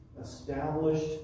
established